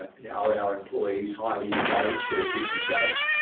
and our our employees highly engaged or disengaged.